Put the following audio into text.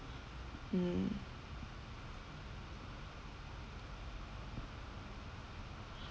mm